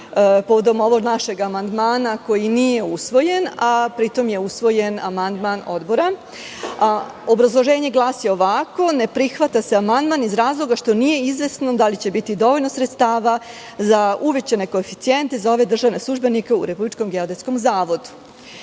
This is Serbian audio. povodom ovog našeg amandmana, koji nije usvojen, a usvojen je amandman Odbora. Obrazloženje glasi ovako - ne prihvata se amandman iz razloga što nije izvesno da li će biti dovoljno sredstava za uvećane koeficijente, za ove državne službenike u RGZ.Dakle, ovde